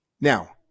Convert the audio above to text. now